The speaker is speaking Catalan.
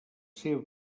seva